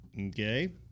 Okay